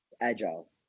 agile